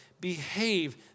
behave